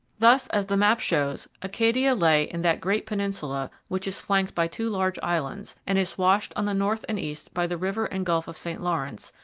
thus, as the map shows, acadia lay in that great peninsula which is flanked by two large islands, and is washed on the north and east by the river and gulf of st lawrence,